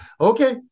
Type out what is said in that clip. Okay